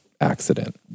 accident